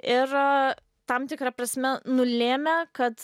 ir tam tikra prasme nulėmė kad